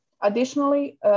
Additionally